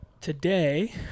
today